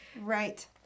right